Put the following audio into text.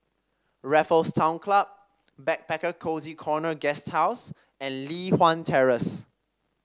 Raffles Town Club Backpacker Cozy Corner Guesthouse and Li Hwan Terrace